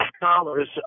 dollars